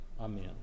Amen